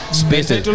spaces